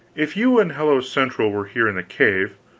if you and hello-central were here in the cave,